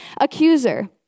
accuser